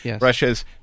Russia's